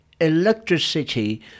electricity